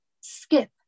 Skip